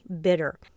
bitter